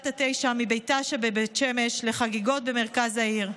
התשע מביתה שבבית שמש לחגיגות במרכז העיר.